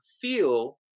feel